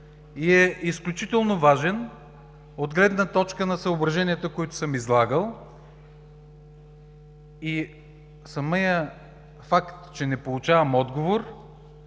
и е изключително важен от гледна точка на съображенията, които съм излагал. Самият факт, че не получавам отговор,